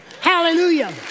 Hallelujah